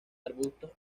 arbustos